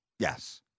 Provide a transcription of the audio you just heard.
Yes